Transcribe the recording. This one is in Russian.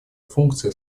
функции